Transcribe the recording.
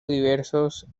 diversos